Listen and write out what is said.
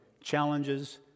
challenges